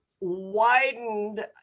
widened